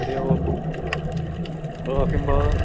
हरिः ओम् किं भोः